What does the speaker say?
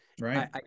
Right